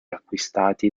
acquistati